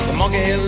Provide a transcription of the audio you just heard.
monkey